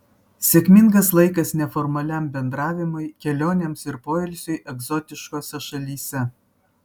sėkmingas laikas neformaliam bendravimui kelionėms ir poilsiui egzotiškose šalyse